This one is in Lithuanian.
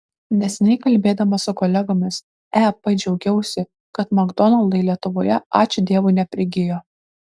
neseniai kalbėdama su kolegomis ep džiaugiausi kad makdonaldai lietuvoje ačiū dievui neprigijo